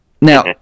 Now